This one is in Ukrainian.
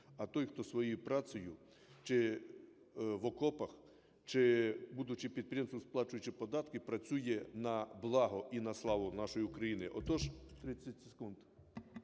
а той, хто своєю працею, чи в окопах, чи будучи підприємцем, сплачуючи податки, працює на благо і на славу нашої України. Отож... 30 секунд.